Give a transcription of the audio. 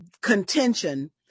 contention